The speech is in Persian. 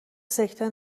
سکته